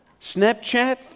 snapchat